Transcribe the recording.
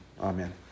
amen